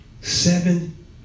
seven